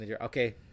okay